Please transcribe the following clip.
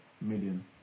million